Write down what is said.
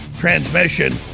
transmission